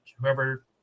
Whoever